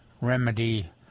remedy